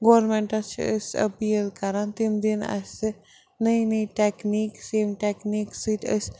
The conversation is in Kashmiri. گورمٮ۪نٛٹَس چھِ أسۍ أپیٖل کَران تِم دِن اَسہِ نٔے نٔے ٹٮ۪کنیٖکٕس ییٚمہِ ٹٮ۪کنیٖک سۭتۍ أسۍ